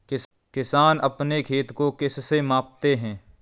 किसान अपने खेत को किससे मापते हैं?